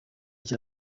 cya